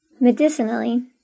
Medicinally